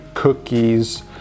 Cookies